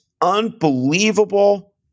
unbelievable